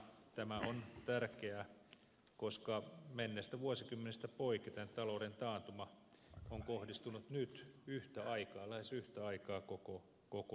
tämä on tärkeää koska menneistä vuosikymmenistä poiketen talouden taantuma on kohdistunut nyt lähes yhtä aikaa koko suomeen